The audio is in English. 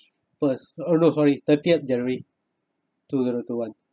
first oh no sorry thirtieth january two zero two one